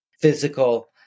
physical